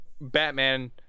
Batman